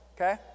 Okay